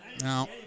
Now